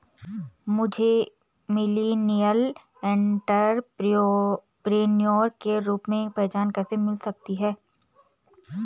मुझे millennial entrepreneur के रूप में पहचान कैसे मिल सकती है?